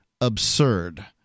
absurd